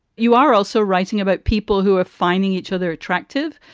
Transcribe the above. you are also writing about people who are finding each other attractive.